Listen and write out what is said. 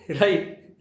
Right